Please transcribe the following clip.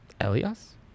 elias